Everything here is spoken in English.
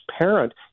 transparent